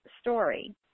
story